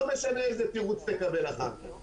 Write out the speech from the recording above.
לא משנה איזה תירוץ תקבל אחר כך,